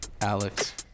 Alex